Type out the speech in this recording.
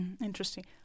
Interesting